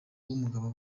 w’umugabo